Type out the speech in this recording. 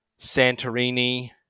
Santorini